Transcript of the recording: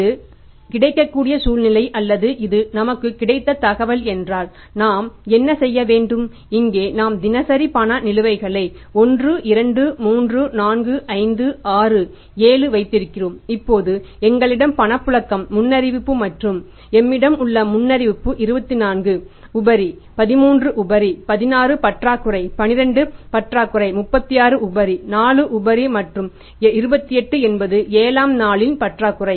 இது கிடைக்கக்கூடிய சூழ்நிலை அல்லது இது நமக்குக் கிடைத்த தகவல் என்றால் நாம் என்ன செய்ய வேண்டும் இங்கே நாம் தினசரி பண நிலுவைகளை 1 2 3 4 5 6 7 வைத்திருக்கிறோம் இப்போது எங்களிடம் பணப்புழக்க முன்னறிவிப்பு மற்றும் எம்மிடம் உள்ள முன்னறிவிப்பு 24 உபரி 13 உபரி 16 பற்றாக்குறை 12 பற்றாக்குறை 36 உபரி 4 உபரி மற்றும் 28 என்பது ஏழாம் நாளின் பற்றாக்குறை